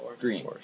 Green